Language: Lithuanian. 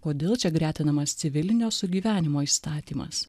kodėl čia gretinamas civilinio sugyvenimo įstatymas